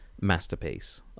masterpiece